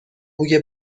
بوی